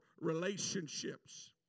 relationships